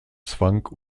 zwang